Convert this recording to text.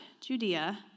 Judea